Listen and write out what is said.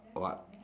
what